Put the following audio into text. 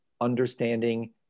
understanding